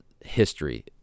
history